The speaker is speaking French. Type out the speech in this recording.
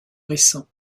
récent